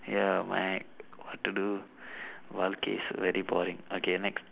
ya mad what to do wild case very boring okay next